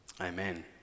Amen